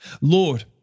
Lord